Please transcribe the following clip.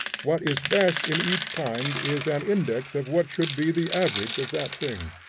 what is best in each kind is an index of what should be the average of that thing.